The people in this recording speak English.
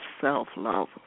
self-love